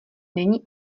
není